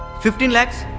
fifteen lakhs?